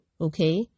okay